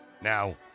Now